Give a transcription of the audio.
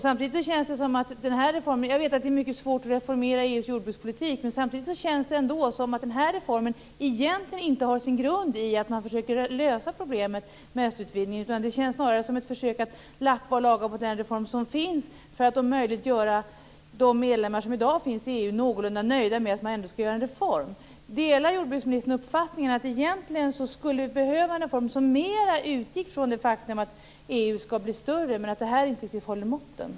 Jag vet att det är mycket svårt att reformera EU:s jordbrukspolitik, men samtidigt känns det som om den här reformen egentligen inte har sin grund i att man försöker lösa problemen med östutvidgningen. Det känns snarare som ett försök att lappa och laga på den reform som finns för att om möjligt göra de medlemmar som i dag finns i EU någorlunda nöjda med att man ändå skall göra en reform. Delar jordbruksministern uppfattningen att vi egentligen skulle behöva en reform som mer utgick från det faktum att EU skall bli större, att det här inte riktigt håller måttet?